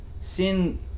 Sin